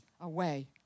away